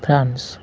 France